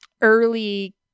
early